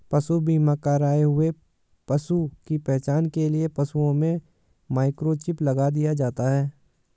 पशु बीमा कर आए हुए पशु की पहचान के लिए पशुओं में माइक्रोचिप लगा दिया जाता है